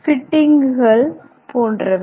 பிட்டிங்குகள் போன்றவை